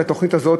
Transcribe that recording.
של התוכנית הזאת,